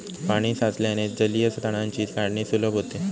पाणी साचल्याने जलीय तणांची काढणी सुलभ होते